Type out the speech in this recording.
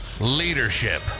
Leadership